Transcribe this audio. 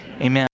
Amen